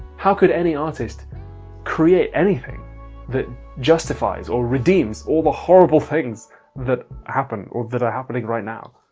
how could any artist create anything that justifies or redeems all the horrible things that happened or that are happening right now?